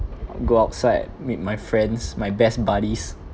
go outside meet my friends my best buddies